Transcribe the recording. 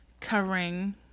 covering